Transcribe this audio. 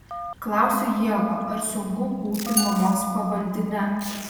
klausiu ievą ar sunku būti mamos pavaldine